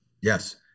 Yes